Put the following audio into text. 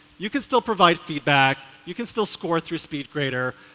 you can still provide feedback. you can still score through speed grader.